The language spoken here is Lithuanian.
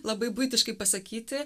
labai buitiškai pasakyti